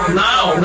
Now